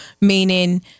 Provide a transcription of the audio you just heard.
Meaning